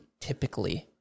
Typically